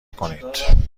کنید